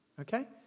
okay